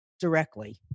directly